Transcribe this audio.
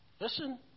listen